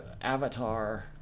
Avatar